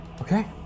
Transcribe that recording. Okay